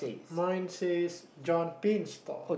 mine says John Pin stall